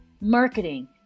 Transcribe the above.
marketing